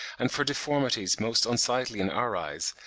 and for deformities most unsightly in our eyes,